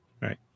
Right